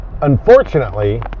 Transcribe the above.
unfortunately